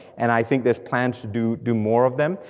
and i think there's plans to do do more of them.